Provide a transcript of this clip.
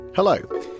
Hello